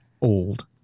old